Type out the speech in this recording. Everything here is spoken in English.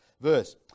verse